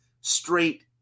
straight